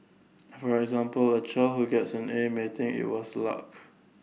for example A child who gets an A may think IT was luck